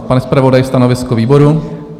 Pane zpravodaji, stanovisko výboru?